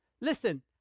Listen